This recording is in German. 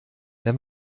wenn